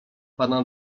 pana